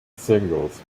singles